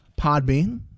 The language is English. Podbean